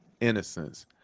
innocence